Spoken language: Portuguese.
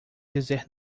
dizer